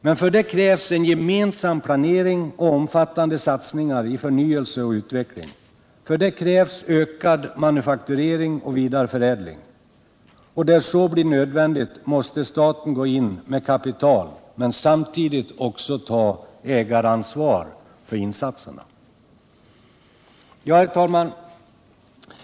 Men för det krävs en gemensam plan och omfattande satsningar på förnyelse och utveckling. Och det krävs ökad manufakturering och vidareförädling. Och där så blir nödvändigt måste staten gå in med kapital — men samtidigt också ta ett ägaransvar för insatserna. Herr talman!